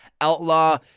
outlaw